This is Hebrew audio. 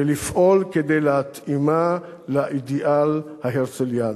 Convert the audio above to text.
ולפעול כדי להתאימה לאידיאל ההרצליאני.